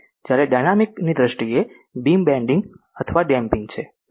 જ્યારે ડાયનામિકની દ્રષ્ટિએ બીમ બેન્ડિંગ અથવા ડેમ્પીંગ છે